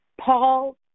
Paul